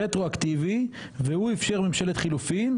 אנחנו כאן מתקנים את חוק יסוד: הממשלה.